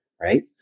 right